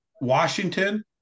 Washington